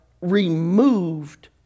removed